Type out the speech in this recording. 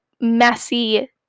messy